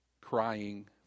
crying